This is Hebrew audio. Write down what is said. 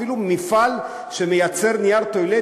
אפילו מפעל שמייצר נייר טואלט,